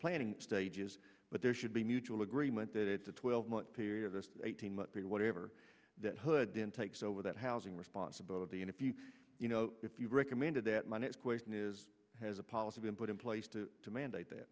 planning stages but there should be mutual agreement that it's a twelve month period of this eighteen month period whatever that hood then takes over that housing responsibility and if you if you recommended that my next question is has a policy been put in place to to mandate that